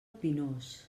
pinós